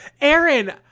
Aaron